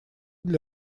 для